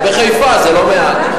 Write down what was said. ובחיפה זה לא מעט.